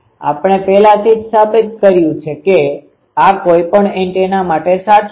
આપણે પહેલાથી જ સાબિત કર્યુ છે કે આ કોઈપણ એન્ટેના માટે સાચું છે